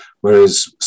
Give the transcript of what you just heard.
whereas